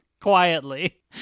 Quietly